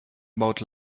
about